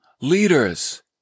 leaders